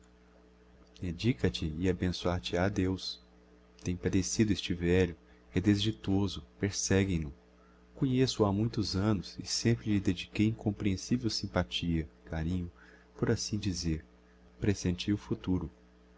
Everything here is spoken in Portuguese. candura dedica te e abençoar te ha deus tem padecido este velho é desditoso perseguem no conheço-o ha muitos annos e sempre lhe dediquei incomprehensivel simpathia carinho por assim dizer presentia o futuro